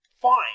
fine